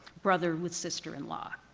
brother with sister-in-law.